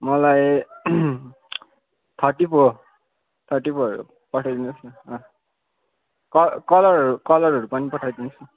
मलाई thirty four thirty four पठाइदिनुहोस् न अँ क कलरहरू कलरहरू पनि पठाइदिनुहोस् न